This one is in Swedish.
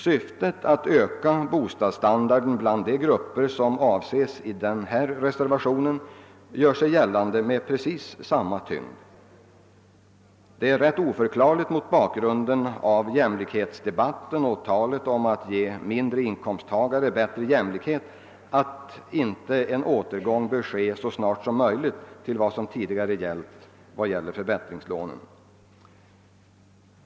Syftet att öka bostadsstandarden bland de grupper som avses i denna reservation gör sig gällande med precis samma tyngd. Det är rätt oförklarligt, mot bakgrund av jämlikhetsdebatten och talet om att ge mindre inkomsttagare bättre jämlikhet, att det inte anses självklart att en återgång bör ske så snart som möjligt till vad som tidigare gällde i fråga om förbättringslån.